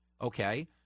Okay